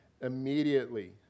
immediately